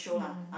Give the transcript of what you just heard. mm